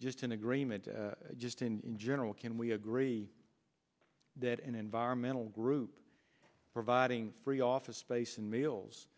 just in agreement just in general can we agree that an environmental group providing free office space and meals